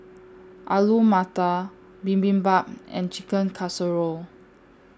Alu Matar Bibimbap and Chicken Casserole